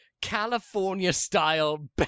California-style